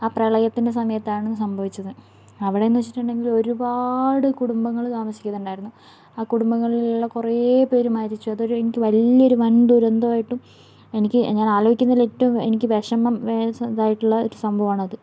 ആ പ്രളയത്തിന്റെ സമയത്താണിത് സംഭവിച്ചത് അവിടെയെന്ന് വച്ചിട്ടുണ്ടെങ്കിൽ ഒരുപാട് കുടുംബങ്ങൾ താമസിക്കുന്നുണ്ടായിരുന്നു ആ കുടുംബങ്ങളിലുള്ള കുറേ പേര് മരിച്ചു അതൊരു എനിക്ക് വലിയൊരു വൻ ദുരന്തമായിട്ടും എനിക്ക് ഞാൻ ആലോചിക്കുന്നതിൽ ഏറ്റവും എനിക്ക് വിഷമം ഇതായിട്ടുള്ള ഒരു സംഭവമാണ് അത്